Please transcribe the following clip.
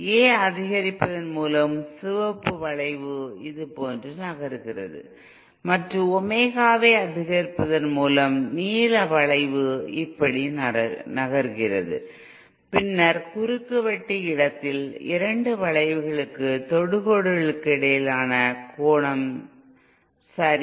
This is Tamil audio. A ஐ அதிகரிப்பதன் மூலம் சிவப்பு வளைவு இதுபோன்று நகர்கிறது மற்றும் ஒமேகாவை அதிகரிப்பதன் மூலம் நீல வளைவு இப்படி நகர்கிறது பின்னர் குறுக்குவெட்டு இடத்தில் இரண்டு வளைவுகளுக்கு தொடுகோடுகளுக்கு இடையிலான கோணம் சரி